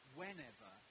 whenever